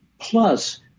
plus